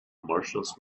martians